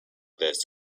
this